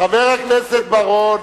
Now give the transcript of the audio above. חבר הכנסת בר-און,